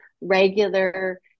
regular